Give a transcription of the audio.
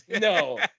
No